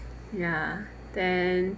ya then